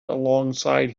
alongside